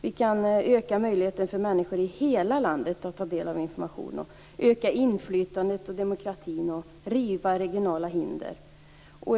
Vi kan öka möjligheterna för människorna i hela landet att ta del av information och öka inflytandet och demokratin och riva regionala hinder.